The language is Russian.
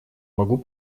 могу